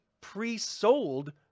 pre-sold